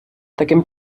таким